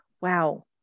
Wow